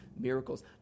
miracles